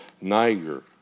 Niger